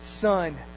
son